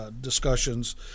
discussions